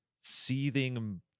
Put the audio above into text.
seething